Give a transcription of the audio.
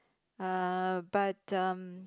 uh but um